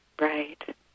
Right